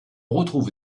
retrouve